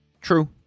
True